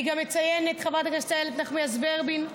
אני גם אציין את חברת הכנסת איילת נחמיאס ורבין,